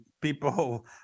People